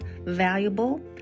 valuable